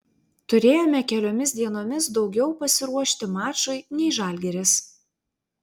turėjome keliomis dienomis daugiau pasiruošti mačui nei žalgiris